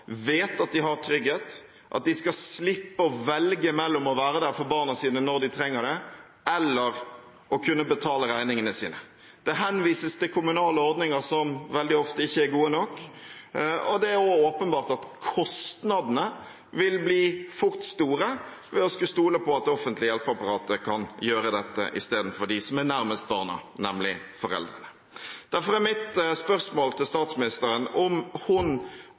vet at de har trygghet, at de skal slippe å velge mellom å være der for barna sine når de trenger det, og å kunne betale regningene sine. Det henvises til kommunale ordninger, som veldig ofte ikke er gode nok, og det er også åpenbart at kostnadene fort vil bli store ved å skulle stole på at det offentlige hjelpeapparatet kan gjøre dette istedenfor dem som er nærmest barna, nemlig foreldrene. Derfor er mine spørsmål til statsministeren: Anerkjenner hun